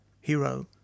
hero